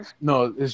no